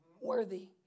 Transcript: worthy